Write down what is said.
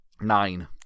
Nine